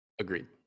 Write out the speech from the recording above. Agreed